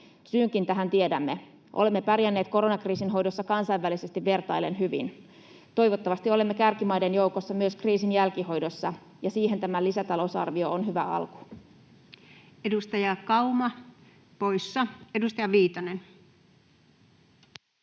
Syynkin tähän tiedämme: olemme pärjänneet koronakriisin hoidossa kansainvälisesti vertaillen hyvin. Toivottavasti olemme kärkimaiden joukossa myös kriisin jälkihoidossa, ja siihen tämä lisätalousarvio on hyvä alku. Edustaja Kauma poissa. — Edustaja Viitanen.